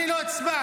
אני לא הצבעתי,